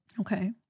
Okay